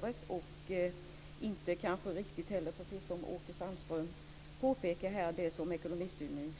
där, t.ex. Ekonomistyrningsverkets utlåtande om en chockhöjning.